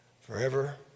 forever